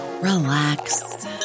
relax